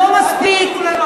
לא מספיק.